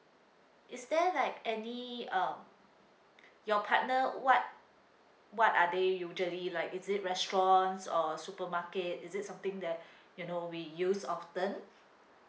is there like any uh your partner what what are they usually like is it restaurants or supermarket is it something that you know we use often